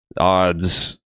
Odds